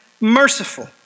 merciful